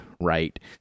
right